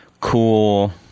cool